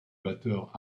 batteur